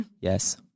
Yes